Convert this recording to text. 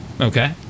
Okay